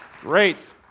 Great